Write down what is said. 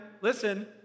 listen